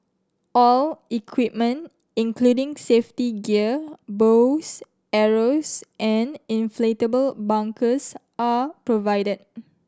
all equipment including safety gear bows arrows and inflatable bunkers are provided